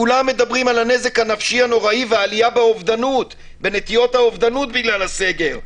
כולם מדברים על הנזק הנפשי הנוראי והעלייה בנטיות אובדנות בגלל הסגר.